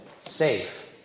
safe